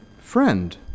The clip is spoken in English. Friend